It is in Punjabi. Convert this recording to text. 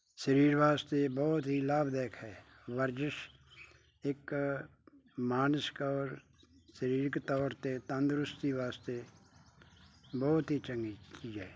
ਸਰੀਰ ਵਾਸਤੇ ਬਹੁਤ ਹੀ ਲਾਭਦਾਇਕ ਹੈ ਵਰਜਿਸ਼ ਇੱਕ ਮਾਨਸਿਕ ਔਰ ਸਰੀਰਕ ਤੌਰ 'ਤੇ ਤੰਦਰੁਸਤੀ ਵਾਸਤੇ ਬਹੁਤ ਹੀ ਚੰਗੀ ਚੀਜ਼ ਹੈ